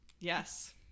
Yes